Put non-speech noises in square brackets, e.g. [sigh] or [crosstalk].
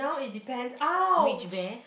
[breath] which bear